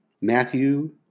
Matthew